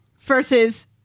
versus